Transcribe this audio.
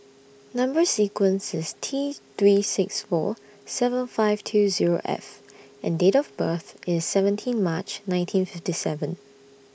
Number sequence IS T three six four seven five two Zero F and Date of birth IS seventeen March nineteen fifty seven